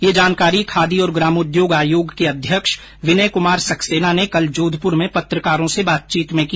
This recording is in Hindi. यह जानकारी खादी और ग्रामोद्योग आयोग के अध्यक्ष विनय कृमार सक्सैना ने कल जोधपूर में पत्रकारों से बातचीत में की